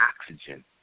oxygen